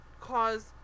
cause